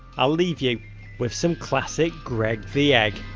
i'll leave you with some classic greg the egg.